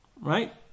Right